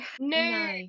No